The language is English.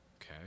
okay